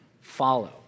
follow